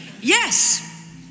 Yes